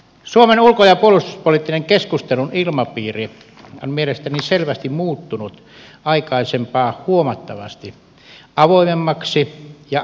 suomen ulko ja puolustuspoliittisen keskustelun ilmapiiri on mielestäni selvästi muuttunut aikaisempaa huomattavasti avoimemmaksi ja aktiivisemmaksi